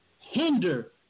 hinder